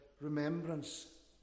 remembrance